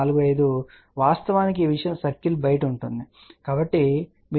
45 వాస్తవానికి ఈ విషయం సర్కిల్ వెలుపల ఉంటుంది